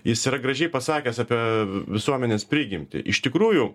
jis yra gražiai pasakęs apie visuomenės prigimtį iš tikrųjų